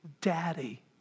Daddy